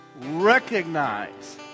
Recognize